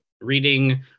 reading